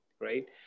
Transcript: right